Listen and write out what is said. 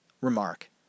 remark